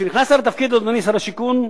וכשנכנסת לתפקיד, אדוני שר השיכון,